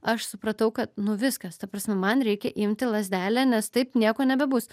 aš supratau kad nu viskas ta prasme man reikia imti lazdelę nes taip nieko nebebus